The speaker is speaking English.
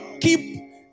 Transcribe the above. keep